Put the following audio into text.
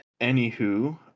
anywho